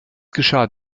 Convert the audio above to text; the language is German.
geschah